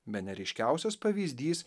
bene ryškiausias pavyzdys